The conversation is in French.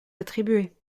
attribuées